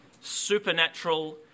supernatural